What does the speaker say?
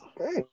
Okay